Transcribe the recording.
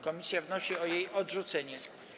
Komisja wnosi o jej odrzucenie.